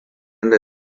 nde